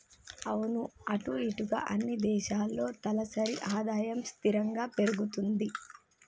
అవును అటు ఇటుగా అన్ని దేశాల్లో తలసరి ఆదాయం స్థిరంగా పెరుగుతుంది